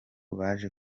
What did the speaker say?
baje